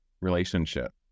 relationship